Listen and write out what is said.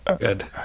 Good